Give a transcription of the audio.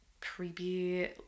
creepy